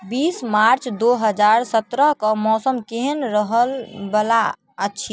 बीस मार्च दो हजार सत्रह कऽ मौसम केहन रहल बला अछि